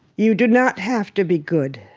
you do not have to be good.